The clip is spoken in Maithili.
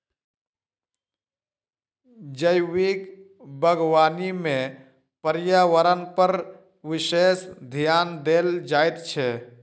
जैविक बागवानी मे पर्यावरणपर विशेष ध्यान देल जाइत छै